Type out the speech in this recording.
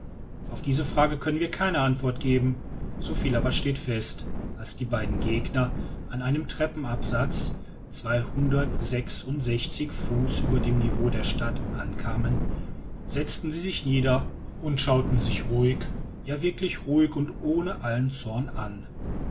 auf diese frage können wir keine antwort geben so viel aber steht fest als die beiden gegner an einem treppenabsatz zweihundertsechsundsechzig fuß über dem niveau der stadt ankamen setzten sie sich nieder und schauten sich ruhig ja wirklich ruhig und ohne allen zorn an